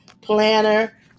planner